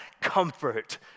comfort